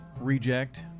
reject